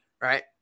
right